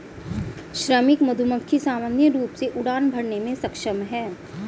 श्रमिक मधुमक्खी सामान्य रूप से उड़ान भरने में सक्षम हैं